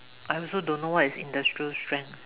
I also don't know what is industrial strength